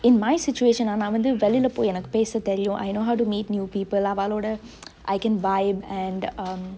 in my situation நா வந்து வெளில போய் எனக்கு பேச தெரியு:naa vanthu velile poi enaku pese teriyu I know how to meet new people அவாளோட:avaalode I can vibe and um